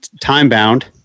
time-bound